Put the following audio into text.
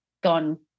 gone